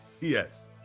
Yes